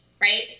right